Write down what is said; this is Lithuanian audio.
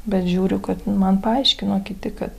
bet žiūriu kad man paaiškino kiti kad